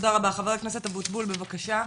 חבר הכנסת, אבוטבול בבקשה.